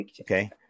okay